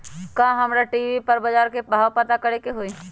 का हमरा टी.वी पर बजार के भाव पता करे के होई?